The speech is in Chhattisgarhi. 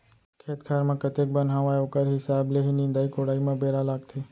खेत खार म कतेक बन हावय ओकर हिसाब ले ही निंदाई कोड़ाई म बेरा लागथे